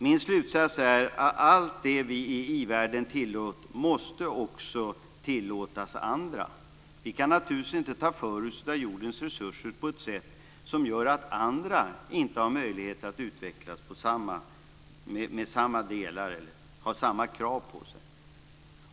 Min slutsats är att allt det vi i i-världen tillåter oss också måste tillåtas andra. Vi kan naturligtvis inte ta för oss av jordens resurser på ett sätt som gör att andra inte har möjlighet att utvecklas på samma sätt.